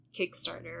Kickstarter